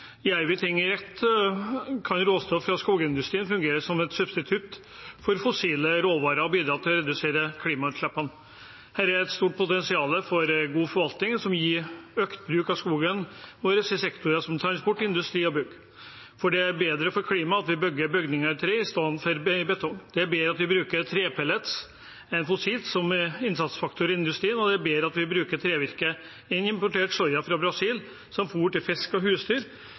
ting rett, kan råstoff fra skogsindustrien fungere som et substitutt for fossile råvarer og bidra til å redusere klimagassutslippene. Det er et stort potensial for god forvaltning som gir økt bruk av skogen vår i sektorer som transport, industri og bygg, for det er bedre for klimaet at vi bygger bygninger i tre istedenfor betong. Det er bedre at vi bruker trepellets enn fossilt som innsatsfaktor i industrien, og det er bedre at vi bruker trevirke enn importert soya fra Brasil som fôr til fisk og husdyr,